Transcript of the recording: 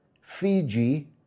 Fiji